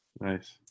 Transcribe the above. nice